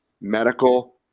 medical